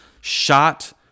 Shot